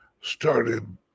started